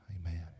Amen